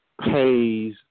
pays